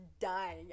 dying